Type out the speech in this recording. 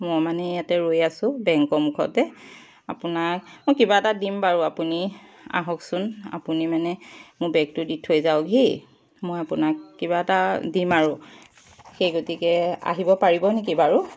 মই মানে ইয়াতে ৰৈ আছোঁ বেংকৰ মুখতে আপোনাক মই কিবা এটা দিম বাৰু আপুনি আহকচোন আপুনি মানে মোৰ বেগটো দি থৈ যাওকহি মই আপোনাক কিবা এটা দিম আৰু সেই গতিকে আহিব পাৰিব নেকি বাৰু